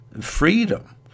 freedom